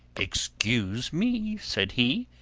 excuse me, said he,